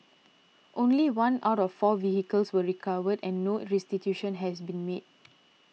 only one out of four vehicles was recovered and no restitution has been made